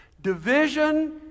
Division